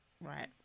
right